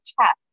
chest